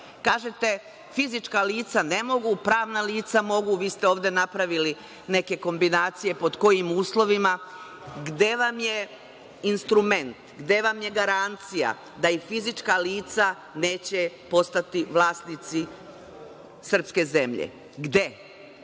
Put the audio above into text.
– fizička lica ne mogu, pravna lica mogu. Vi ste ovde napravili neke kombinacije pod kojim uslovima. Gde vam je instrument? Gde vam je garancija da i fizička lica neće postati vlasnici srpske zemlje? Gde?